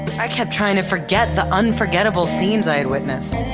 i kept trying to forget the unforgettable scenes i'd witnessed,